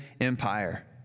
empire